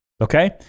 Okay